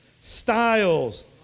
styles